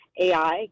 AI